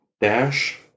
Dash